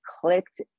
clicked